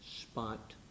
spot